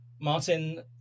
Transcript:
Martin